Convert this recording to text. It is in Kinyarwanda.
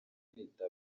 kwita